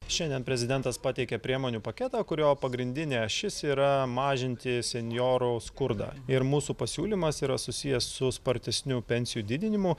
šiandien prezidentas pateikė priemonių paketą kurio pagrindinė ašis yra mažinti senjorų skurdą ir mūsų pasiūlymas yra susijęs su spartesniu pensijų didinimu